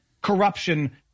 corruption